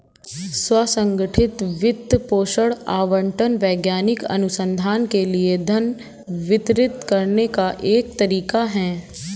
स्व संगठित वित्त पोषण आवंटन वैज्ञानिक अनुसंधान के लिए धन वितरित करने का एक तरीका हैं